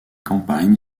campagne